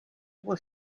were